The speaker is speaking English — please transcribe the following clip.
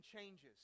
changes